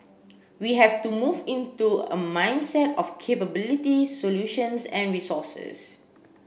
we have to move into a mindset of capabilities solutions and resources